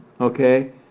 Okay